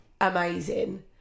amazing